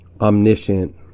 omniscient